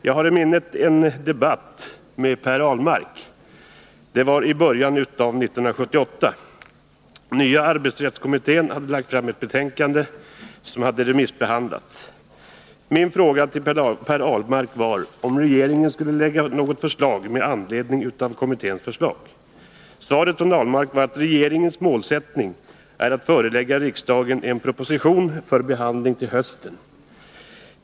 Jag har i minnet en debatt med Per Ahlmark — det var i början av 1978. Nya arbetsrättskommittén hade lagt fram ett betänkande, som hade remissbehandlats. Min fråga till Per Ahlmark var om regeringen skulle lägga fram något förslag med anledning av kommitténs förslag. Svaret från Per Ahlmark var: Regeringens målsättning är att förelägga riksdagen en proposition för behandling till hösten.